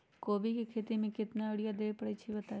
कोबी के खेती मे केतना यूरिया देबे परईछी बताई?